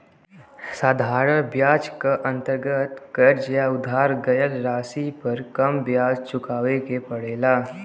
साधारण ब्याज क अंतर्गत कर्ज या उधार गयल राशि पर कम ब्याज चुकावे के पड़ेला